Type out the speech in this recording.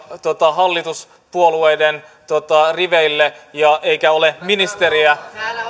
hallituspuolueiden riveille eikä ole ministeriä